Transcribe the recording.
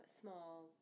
small